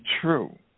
true